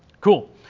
Cool